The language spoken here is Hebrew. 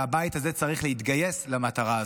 והבית הזה צריך להתגייס למטרה הזאת.